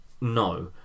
no